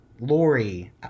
Lori